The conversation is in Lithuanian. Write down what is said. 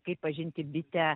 kaip pažinti bitę